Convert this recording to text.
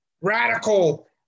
radical